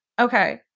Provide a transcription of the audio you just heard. okay